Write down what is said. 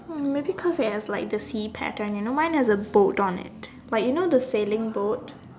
maybe cause it has like the sea pattern you know mine has a boat on it like you know the sailing boat